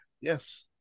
Yes